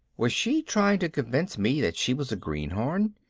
was she trying to convince me that she was a greenhorn?